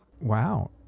Wow